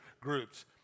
groups